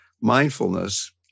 mindfulness